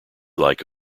like